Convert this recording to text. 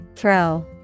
Throw